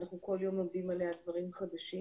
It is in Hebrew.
אנחנו כול יום לומדים עליה דברים חדשים,